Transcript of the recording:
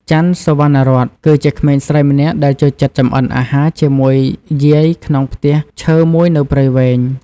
ចាន់ សុវណ្ណារ័ត្ន គឺជាក្មេងស្រីម្នាក់ដែលចូលចិត្តចម្អិនអាហារជាមួយយាយក្នុងផ្ទះឈើមួយនៅខេត្តព្រៃវែង។